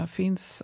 finns